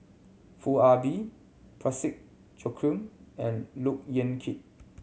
Foo Ah Bee Parsick Joaquim and Look Yan Kit